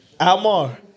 Almar